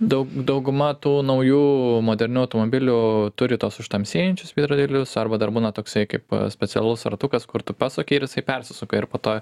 daug dauguma tų naujų modernių automobilių turi tos užtamsėjančius veidrodėlius arba dar būna toksai kaip specialus ratukas kur tu pasuki ir jis persisuka ir po to